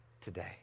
today